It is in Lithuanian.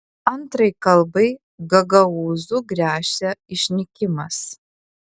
antrai kalbai gagaūzų gresia išnykimas